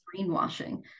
greenwashing